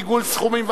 עיגול סכומים).